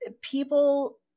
People